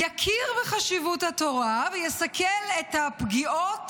יכיר בחשיבות התורה ויסכל את הפגיעות